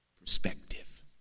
perspective